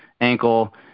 ankle